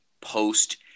post